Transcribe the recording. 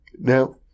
Now